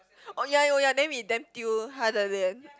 oh ya oh ya then we damn 丢他的脸